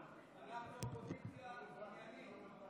אנחנו אופוזיציה עניינית.